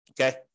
Okay